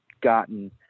gotten